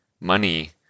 money